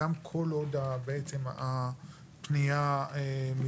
גם כל עוד הפנייה מתבררת.